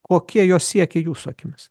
kokie jo siekiai jūsų akimis